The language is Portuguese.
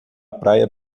praia